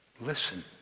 Listen